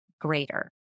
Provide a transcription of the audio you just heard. greater